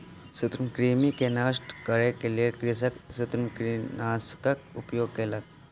सूत्रकृमि के नष्ट करै के लेल कृषक सूत्रकृमिनाशकक उपयोग केलक